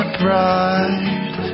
bride